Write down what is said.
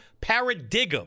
paradigm